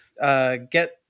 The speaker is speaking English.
Get